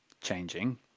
changing